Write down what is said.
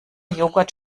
joghurt